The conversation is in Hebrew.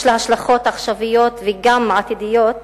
יש לה השלכות עכשוויות וגם עתידיות,